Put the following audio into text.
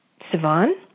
Sivan